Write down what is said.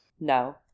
No